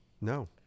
No